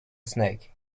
snake